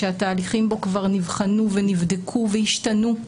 שהתהליכים בו כבר נבחנו ונבדקו והשתנו,